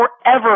forever